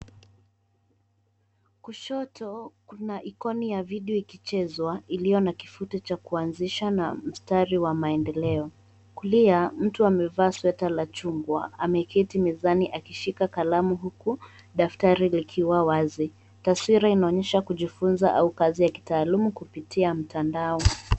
Kushoto, kuna ikoni ya vidio ikichezwa, iliyo na kifuto cha kuanzisha na mstari wa maendeleo. Kulia, mtu amevaa sweta la chungwa ameketi mezani akishika kalamu huku daftari likiwa wazi .Taswira inaonyesha kujifunza au kazi ya kitaaluma kupitia mtandao.